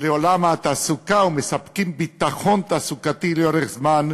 לעולם התעסוקה ומספקים ביטחון תעסוקתי לאורך זמן,